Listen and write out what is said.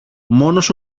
μόνος